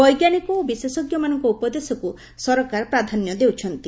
ବୈଜ୍ଞାନିକ ଓ ବିଶେଷଜ୍ଞମାନଙ୍କ ଉପଦେଶକ୍ତ ସରକାର ପ୍ରାଧାନ୍ୟ ଦେଉଛନ୍ତି